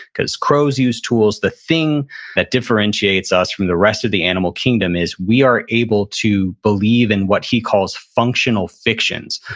because crows use tools. the thing that differentiates us from the rest of the animal kingdom is we are able to believe in what he calls functional fictions.